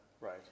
Right